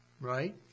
Right